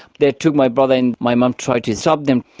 they took my brother and my mum tried to stop them.